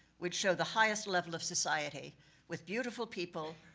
which show the highest level of society with beautiful people,